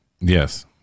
Yes